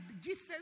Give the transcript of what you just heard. Jesus